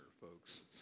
folks